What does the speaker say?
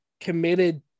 committed